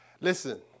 Listen